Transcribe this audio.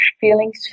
feelings